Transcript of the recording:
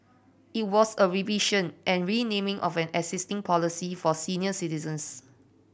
it was a revision and renaming of an existing policy for senior citizens